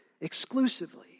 exclusively